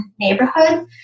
neighborhood